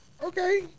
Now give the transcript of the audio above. Okay